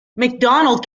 macdonald